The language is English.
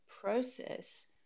process